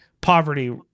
poverty